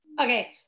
Okay